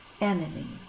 enemy